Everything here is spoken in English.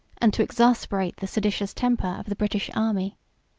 and to exasperate the seditious temper of the british army.